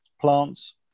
plants